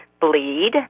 bleed